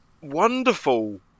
wonderful